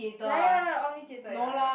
ya ya lah omnitheatre ya ya